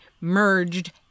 merged